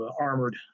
armored